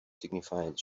signified